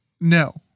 No